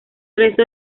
resto